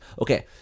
Okay